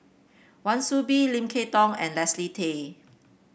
Wan Soon Bee Lim Kay Tong and Leslie Tay